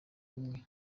umwe